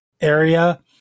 area